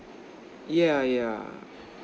yeah yeah